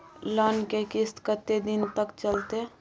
Loan के किस्त कत्ते दिन तक चलते?